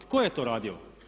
Tko je to radio?